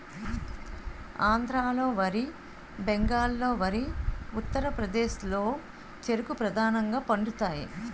ఆంధ్రాలో వరి బెంగాల్లో వరి ఉత్తరప్రదేశ్లో చెరుకు ప్రధానంగా పండుతాయి